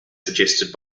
suggested